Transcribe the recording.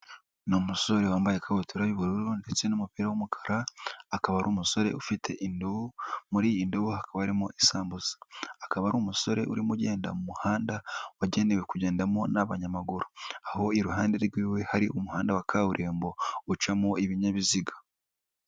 Ni umusore wambaye ikabutura y'ubururu ndetse n'umupira w'umukara, akaba ari umusore ufite indobo muri iyi indobo hakaba harimo isambusa, akaba ari umusore urimo ugenda mu muhanda wagenewe kugendamo n'abanyamaguru, aho iruhande rw'iwe hari umuhanda wa kaburimbo ucamo ibinyabiziga.